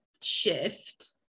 shift